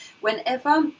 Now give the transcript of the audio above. whenever